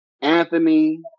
Anthony